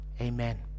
Amen